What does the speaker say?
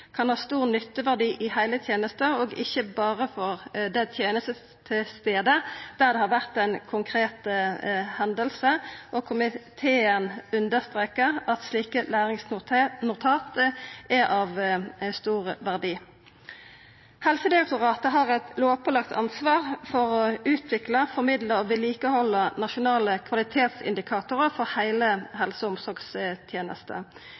kan ha stor nytteverdi i heile tenesta, ikkje berre for den tenestestaden der det har vore ei konkret hending, og komiteen understrekar at slike læringsnotat er av stor verdi. Helsedirektoratet har eit lovpålagt ansvar for å utvikla, formidla og halda ved like nasjonale kvalitetsindikatorar for heile